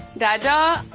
dada?